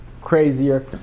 crazier